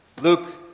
Luke